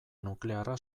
nuklearra